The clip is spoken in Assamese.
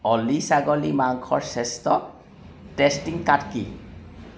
অ'লি ছাগলী মাংসৰ শ্ৰেষ্ঠ টেষ্টিং কাট কি